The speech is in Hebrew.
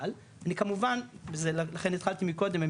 אבל אני כמובן וזה לכן התחלתי מקודם עם